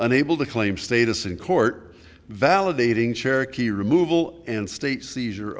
unable to claim status in court validating cherokee removal and state seizure